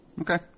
Okay